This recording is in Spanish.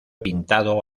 pintado